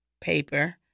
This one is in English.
paper